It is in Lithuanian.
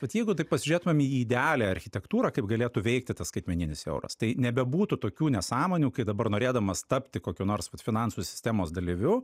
vat jeigu taip pasižiūrėtumėm į idealią architektūrą kaip galėtų veikti tas skaitmeninis euras tai nebebūtų tokių nesąmonių kai dabar norėdamas tapti kokio nors finansų sistemos dalyviu